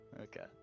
Okay